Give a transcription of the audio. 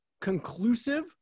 conclusive